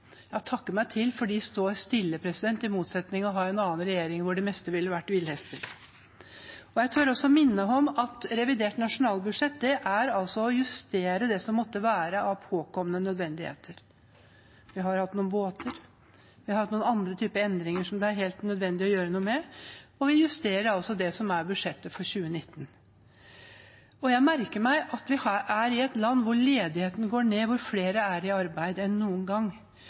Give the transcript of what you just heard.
meg til kjepphester, for de står stille, i motsetning til hvis vi hadde hatt en annen regjering, der det meste ville vært villhester. Jeg tør også minne om at det vi gjør i revidert nasjonalbudsjett, er å justere det som måtte være av påkommende nødvendigheter. Vi har hatt noen båter. Vi har hatt noen andre typer endringer som det er helt nødvendig å gjøre noe med, og vi justerer altså det som er budsjettet for 2019. Jeg merker meg at vi er i et land hvor ledigheten går ned, hvor flere er i arbeid enn noen gang,